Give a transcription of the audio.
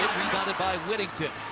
rebounded by whittington.